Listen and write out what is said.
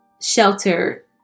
shelter